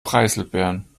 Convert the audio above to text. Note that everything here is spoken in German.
preiselbeeren